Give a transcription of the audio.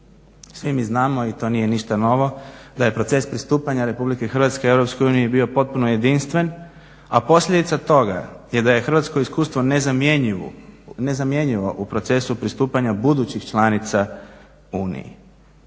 Svi mi znamo, i to nije ništa novo, da je proces pristupanja Republike Hrvatske EU bio potpuno jedinstven a posljedica toga je da je hrvatsko iskustvo nezamjenjivo u procesu pristupanja budućih članica Uniji.